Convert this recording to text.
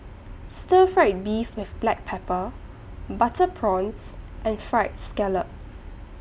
Stir Fried Beef with Black Pepper Butter Prawns and Fried Scallop